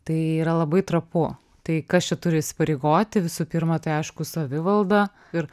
tai yra labai trapu tai kas čia turi įsipareigoti visų pirma tai aišku savivalda ir